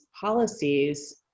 policies